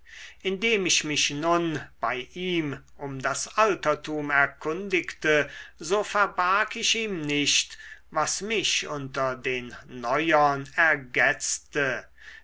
indem ich mich nun bei ihm um das altertum erkundigte so verbarg ich ihm nicht was mich unter den neuern ergetzte